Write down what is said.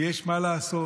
ויש מה לעשות.